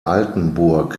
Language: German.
altenburg